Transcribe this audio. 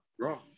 Wrong